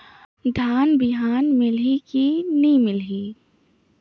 धान बिहान मिलही की नी मिलही?